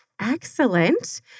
Excellent